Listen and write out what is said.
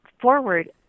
forward